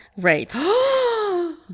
Right